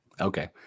Okay